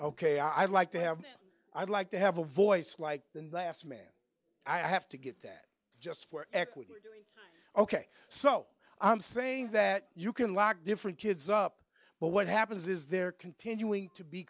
ok i like to have i'd like to have a voice like the last man i have to get that just for ok so i'm saying that you can lock different kids up but what happens is they're continuing to be